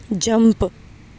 jump